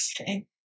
Okay